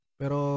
pero